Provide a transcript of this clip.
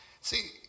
See